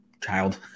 child